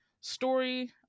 story